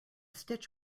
stitch